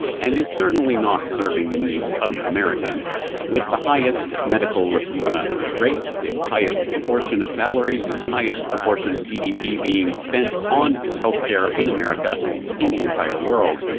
and is certainly not serving the needs of americans with the highest medical rates, the highest proportion of salaries, and highest proportion of gdp being spent on health care in america in the entire world.